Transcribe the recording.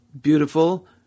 Beautiful